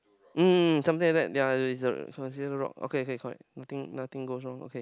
um something like that ya it's a it's considered rock okay kay correct nothing nothing goes wrong okay